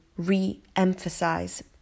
re-emphasize